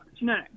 no